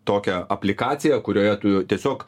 tokią aplikaciją kurioje tu tiesiog